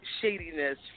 shadiness